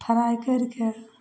fry करिके